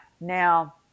Now